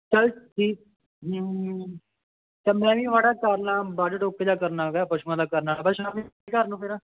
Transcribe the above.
ਚੱਲ ਠੀਕ ਹਮ ਚੱਲ ਮੈਂ ਵੀ ਮਾੜਾ ਕਰਲਾ ਵੱਡ ਟੁਕ ਜਾ ਕਰਨਾਗਾ ਪਸ਼ੂਆਂ ਦਾ ਕਰਨਾ ਸ਼ਾਮ ਨੂੰ ਘਰ ਨੂੰ ਫਿਰ